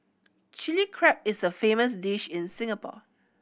Chilli Crab is a famous dish in Singapore